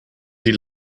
sie